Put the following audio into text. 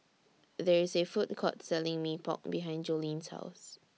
There IS A Food Court Selling Mee Pok behind Jolene's House